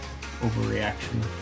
overreaction